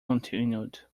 continued